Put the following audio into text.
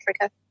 Africa